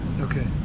Okay